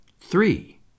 Three